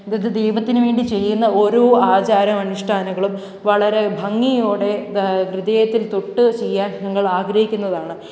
ഇതൊക്കെ ദൈവത്തിന് വേണ്ടി ചെയ്യുന്ന ഓരോ ആചാരാനുഷ്ഠാനങ്ങളും വളരെ ഭംഗിയോടെ ദ ഹൃദയത്തില് തൊട്ട് ചെയ്യാന് ഞങ്ങളാഗ്രഹിക്കുന്നതാണ്